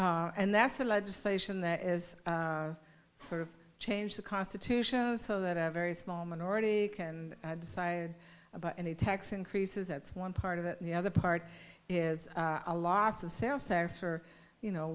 and that's the legislation that is sort of change the constitution so that a very small minority can decide about any tax increases that's one part of it and the other part is a loss of samskaras for you know